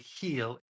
heal